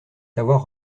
savoir